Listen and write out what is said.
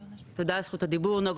עורכת הדין נגה